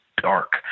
dark